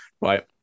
right